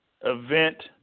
event